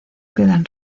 quedan